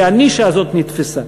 כי הנישה הזאת נתפסה.